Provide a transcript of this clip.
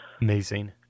Amazing